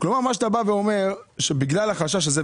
כלומר מה שאתה בא ואומר שבגלל החשש הזה,